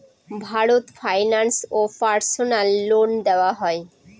Bharat finance এ personal loan দেওয়া হয়?